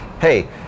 hey